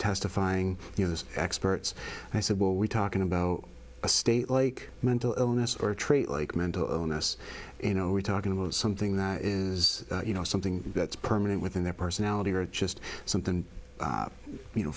this experts i said well we're talking about a state like mental illness or a trait like mental illness you know we're talking about something that is you know something that's permanent within their personality or just something you know